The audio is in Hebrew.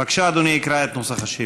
בבקשה, אדוני יקרא את נוסח השאילתה.